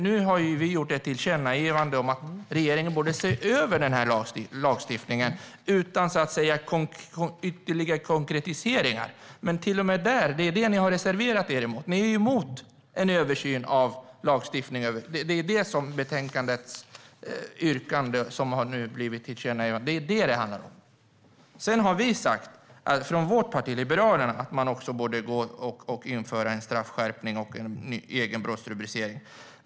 Vi har gjort ett tillkännagivande om att regeringen borde se över denna lagstiftning, utan ytterligare konkretiseringar. Men ni är till och med emot en översyn av lagstiftningen. Det är det som ni har reserverat er emot. Det är detta yrkande i betänkandet som vi har skrivit ett tillkännagivande om, och det är detta som det handlar om. Sedan har vi från Liberalerna sagt att man också borde införa en straffskärpning och en egen brottsrubricering för detta.